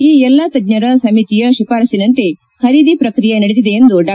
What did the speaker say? ಈ ಎಲ್ಲಾ ತಜ್ಞರ ಸಮಿತಿಯ ಶಿಫಾರಸ್ಸಿನಂತೆ ಖರೀದಿ ಪ್ರಕ್ರಿಯೆ ನಡೆದಿದೆ ಎಂದು ಡಾ